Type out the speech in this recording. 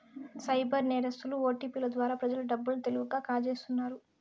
cyber నేరస్తులు ఓటిపిల ద్వారా ప్రజల డబ్బు లను తెలివిగా కాజేస్తున్నారు